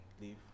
leave